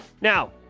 Now